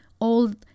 old